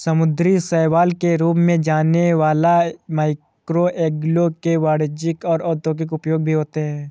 समुद्री शैवाल के रूप में जाने वाला मैक्रोएल्गे के वाणिज्यिक और औद्योगिक उपयोग भी होते हैं